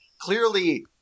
clearly